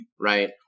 right